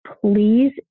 please